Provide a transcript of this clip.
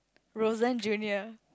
Rosanne Junior